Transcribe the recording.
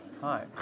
Hi